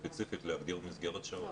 ספציפית להגדיר מסגרת שעות.